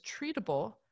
treatable